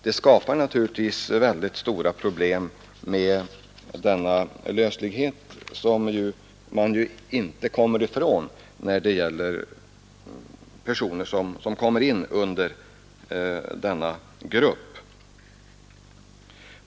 Det skapas naturligtvis mycket stora problem med denna löslighet, som man ju inte kommer ifrån när det gäller personer som räknas till denna grupp.